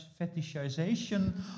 fetishization